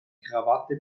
krawatte